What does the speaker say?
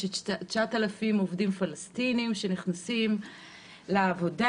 9,000 עובדים פלסטיניים שנכנסים לעבודה.